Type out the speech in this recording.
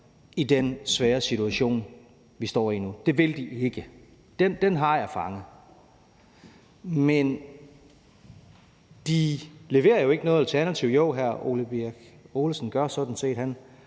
i den svære situation, vi står i nu – det vil de ikke. Den har jeg fanget. Men de leverer jo ikke noget alternativ. Jo, hr. Ole Birk Olesen gør sådan set,